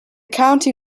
county